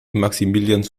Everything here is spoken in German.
maximilians